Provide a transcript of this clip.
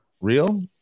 real